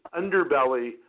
underbelly